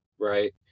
right